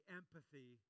empathy